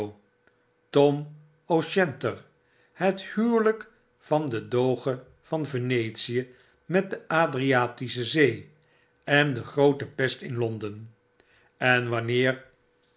tom o'shanter het huwelyk van den doge van venetie met de adriatische zee en de groote pest in londen en wanneer